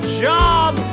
job